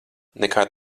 nekā